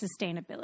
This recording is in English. sustainability